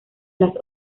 las